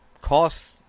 cost